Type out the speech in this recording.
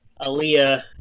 Aaliyah